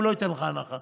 הוא לא ייתן הנחה?